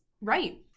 Right